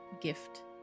gift